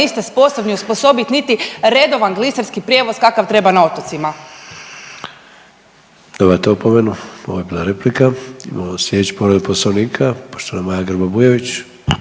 niste sposobni osposobit niti redovan gliserski prijevoz kakav treba na otocima. **Sanader, Ante (HDZ)** Dobivate opomenu, ovo je bila replika. Imamo slijedeću povredu poslovnika, poštovana Maja Grba Bujević.